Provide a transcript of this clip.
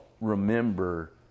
remember